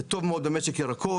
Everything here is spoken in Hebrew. זה טוב מאוד במשק ירקות.